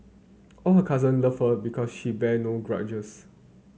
all her cousin love her because she bear no grudges